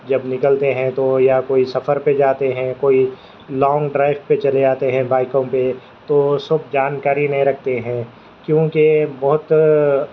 جب نکلتے ہیں تو یا کوئی سفر پہ جاتے ہیں کوئی لانگ ڈرائیو پہ چلے جاتے ہیں بائکوں پہ تو سب جانکاری نہیں رکھتے ہیں کیونکہ بہت